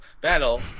battle